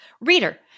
Reader